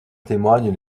témoignent